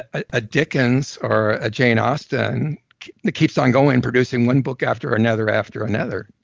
ah a dickens or a jane austen that keeps on going, producing one book after another after another.